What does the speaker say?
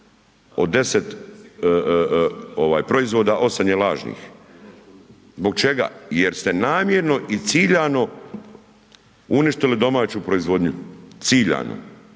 Od 10 proizvoda, 8 je lažnih. Zbog čega? Jer ste namjerno i ciljano uništili domaću proizvodnju, ciljano.